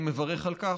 אני מברך על כך.